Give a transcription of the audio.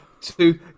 two